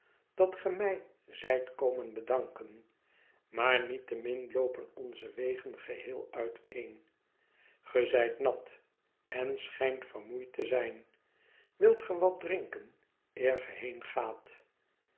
dat ge mij zijt komen bedanken maar niettemin loopen onze wegen geheel uiteen ge zijt nat en schijnt vermoeid te zijn wilt ge wat drinken eer ge